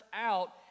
out